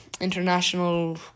international